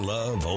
Love